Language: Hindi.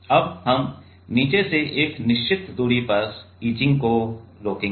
अब हम नीचे से एक निश्चित दूरी पर इचिंग को रोकेंगे